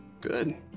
Good